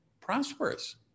prosperous